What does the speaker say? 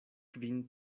kvin